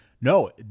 no